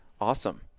Awesome